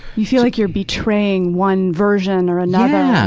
you feel like you're betraying one version or another. yeah,